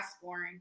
scoring